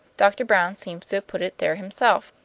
doctor brown seems to have put it there himself.